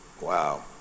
Wow